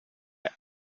are